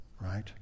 right